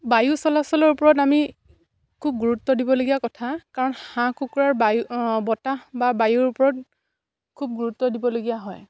বায়ু চলাচলৰ ওপৰত আমি খুব গুৰুত্ব দিবলগীয়া কথা কাৰণ হাঁহ কুকুৰাৰ বায়ু বতাহ বা বায়ুৰ ওপৰত খুব গুৰুত্ব দিবলগীয়া হয়